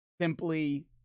simply